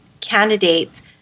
candidates